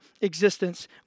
existence